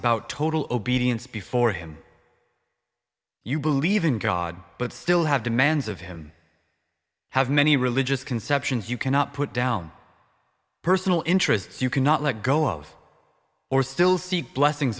about total obedience before him you believe in god but still have demands of him have many religious conceptions you cannot put down personal interests you cannot let go of or still seek blessings